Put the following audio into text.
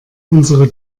unsere